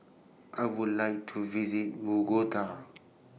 I Would like to visit Mogota